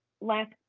last